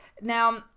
Now